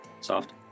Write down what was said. Soft